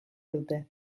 dute